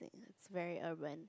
is very urban